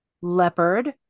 Leopard